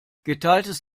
geteiltes